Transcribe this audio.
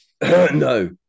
No